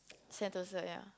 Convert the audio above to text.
Sentosa ya